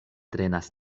trenas